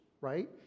right